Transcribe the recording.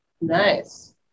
Nice